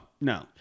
No